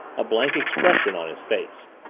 a blank expression on his face.